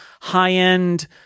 high-end